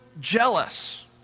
jealous